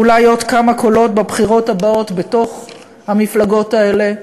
אולי עוד כמה קולות בבחירות הבאות בתוך המפלגות האלה.